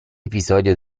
episodio